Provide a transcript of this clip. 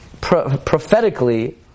prophetically